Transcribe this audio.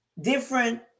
different